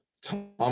Tom